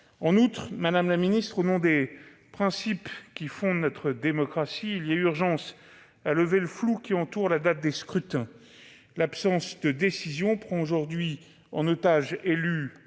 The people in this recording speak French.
ailleurs, madame la ministre, au nom des principes qui fondent notre démocratie, il y a urgence à lever le flou qui entoure la date des scrutins. L'absence de décision prend aujourd'hui en otages élus